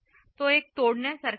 तो एक तोडण्यासारखे आहे